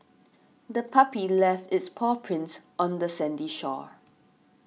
the puppy left its paw prints on the sandy shore